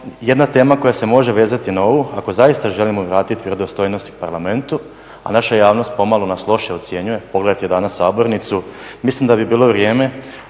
jedna tema koja se može vezati na ovo ako zaista želimo vratiti vjerodostojnost parlamentu, a naša javnost pomalo nas loše ocjenjuje. Pogledajte danas sabornicu. Mislim da bi bilo vrijeme,